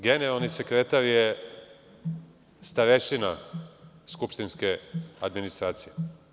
Generalni sekretar je starešina skupštinske administracije.